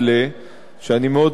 שאני מאוד אוהב ומעריך,